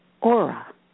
aura